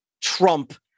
trump